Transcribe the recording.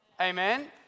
Amen